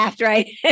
right